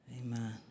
Amen